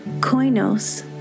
koinos